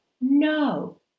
no